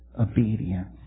obedience